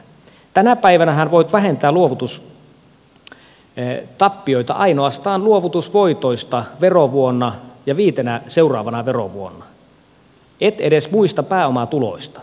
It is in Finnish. tänä päivänähän voit vähentää luovutustappioita ainoastaan luovutusvoitoista verovuonna ja viitenä seuraavana verovuonna et edes muista pääomatuloista